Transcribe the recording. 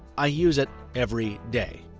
i use it every day.